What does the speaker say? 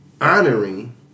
honoring